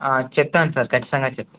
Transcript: చెప్తాను సార్ ఖచ్చితంగా చెప్తాను